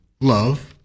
love